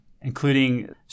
including